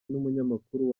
n’umunyamakuru